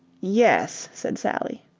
yes, said sally.